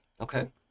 Okay